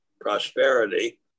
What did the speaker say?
prosperity